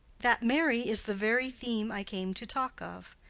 that marry is the very theme i came to talk of.